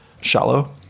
shallow